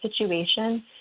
situation